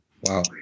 Wow